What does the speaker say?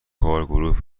کارگروه